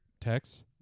text